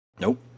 Nope